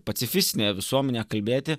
pacifistinėje visuomenėje kalbėti